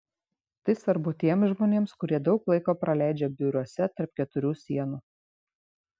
tai svarbu tiems žmonėms kurie daug laiko praleidžia biuruose tarp keturių sienų